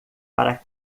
para